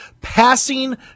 Passing